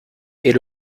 est